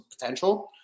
potential